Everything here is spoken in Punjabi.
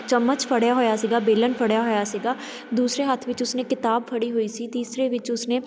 ਚਮਚ ਫੜਿਆ ਹੋਇਆ ਸੀਗਾ ਵੇਲਣ ਫੜਿਆ ਹੋਇਆ ਸੀਗਾ ਦੂਸਰੇ ਹੱਥ ਵਿੱਚ ਉਸਨੇ ਕਿਤਾਬ ਫੜੀ ਹੋਈ ਸੀ ਤੀਸਰੇ ਵਿੱਚ ਉਸਨੇ